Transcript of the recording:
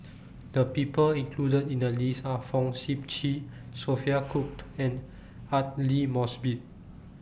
The People included in The list Are Fong Sip Chee Sophia Cooke and Aidli Mosbit